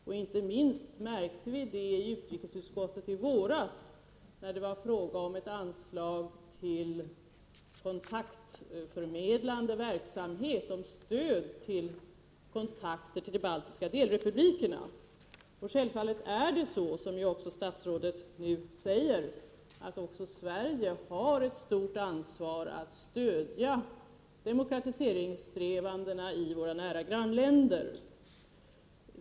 Det märkte vi inte minst i utrikesutskottet i våras när det var fråga om ett anslag till kontaktförmedlande verksamhet, stöd till kontakter med de baltiska delrepublikerna. Självfallet har Sverige, som statsrådet nu också har sagt, ett stort ansvar att stödja demokratiseringssträvandena i våra nära grannländer.